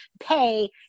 pay